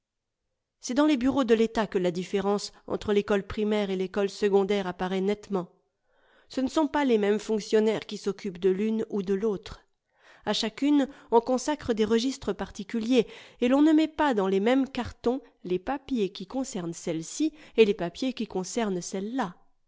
c'est dans les bureaux de l'etat que la différence entre l'école primaire et l'école secondaire apparaît nettement ce ne sont pas les mêmes fonctionnaires qui s'occupent de l'une et de l'autre a chacune on consacre des registres particuliers et l'on ne met pas dans les mêmes cartons les papiers qui concernent celle-ci et les papiers qui concernent celle-là